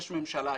יש ממשלה,